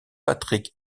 patrick